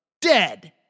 dead